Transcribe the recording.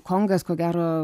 kongas ko gero